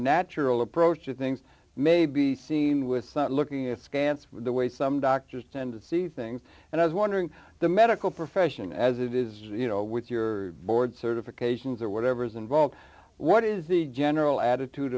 natural approach to things may be seen with looking askance the way some doctors tend to see things and i was wondering the medical profession as it is you know with your board certifications or whatever is involved what is the general attitude